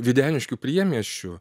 videniškių priemiesčiu